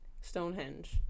Stonehenge